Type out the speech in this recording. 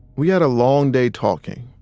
we had a long day talking.